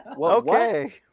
okay